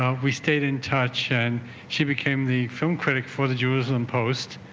ah we stayed in touch and she became the film critic for the jerusalem post